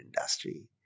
industry